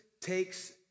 takes